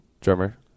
drummer